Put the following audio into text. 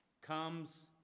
comes